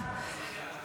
הכלכלית (תיקוני חקיקה להשגת יעדי התקציב 2025)